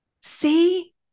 See